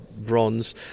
bronze